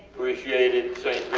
appreciate it. safe